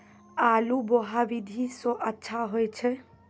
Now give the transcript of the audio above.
आलु बोहा विधि सै अच्छा होय छै?